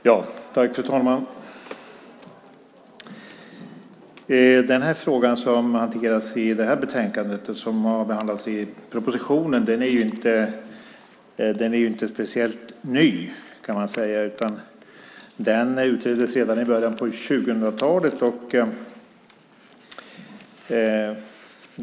Fru talman! Den fråga som hanteras i detta betänkande och som behandlas i propositionen är inte speciellt ny. Den utreddes redan i början av 2000-talet.